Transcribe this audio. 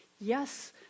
yes